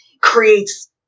creates